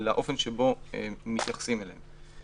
לאופן בו מתייחסים אליהם.